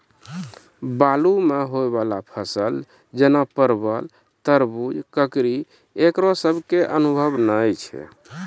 बालू मे होय वाला फसल जैना परबल, तरबूज, ककड़ी ईकरो सब के अनुभव नेय छै?